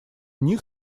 них